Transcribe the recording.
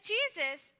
Jesus